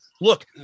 look